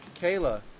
Kayla